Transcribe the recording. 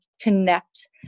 connect